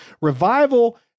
Revival